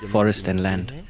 forest and land.